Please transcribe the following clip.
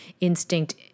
instinct